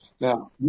Now